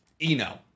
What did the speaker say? Eno